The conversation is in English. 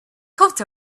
coat